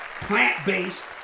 Plant-based